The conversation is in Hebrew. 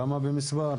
כמה הן במספר?